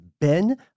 Ben